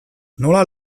nola